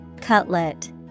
Cutlet